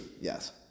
Yes